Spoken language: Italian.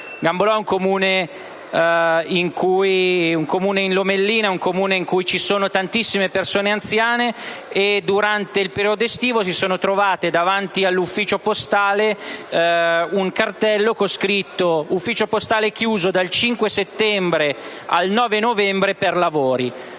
Gambolò è un comune in Lomellina in cui vivono tantissime persone anziane. Durante il periodo estivo si sono trovate affisso all'entrata dell'ufficio postale un cartello con scritto: «Ufficio postale chiuso dal 5 settembre al 9 novembre per lavori».